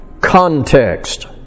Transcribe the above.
Context